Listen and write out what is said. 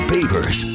Papers